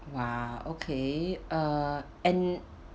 !wah! okay uh and